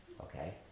Okay